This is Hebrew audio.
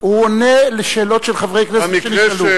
הוא עונה על השאלות של חברי כנסת שנשאלו.